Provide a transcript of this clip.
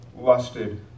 lusted